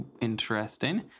interesting